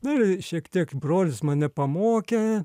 nu ir šiek tiek brolis mane pamokė